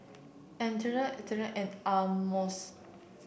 and Amos